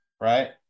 right